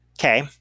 Okay